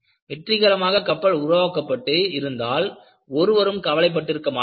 வெற்றிகரமாக கப்பல் உருவாக்கப்பட்டு இருந்தால் ஒருவரும் கவலைப்பட்டிருக்க மாட்டார்கள்